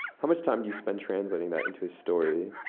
much time do you spent translating that into a story,